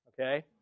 Okay